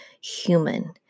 human